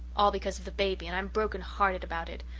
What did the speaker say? all because of the baby, and i am broken-hearted about it.